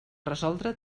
resoldre